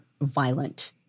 violent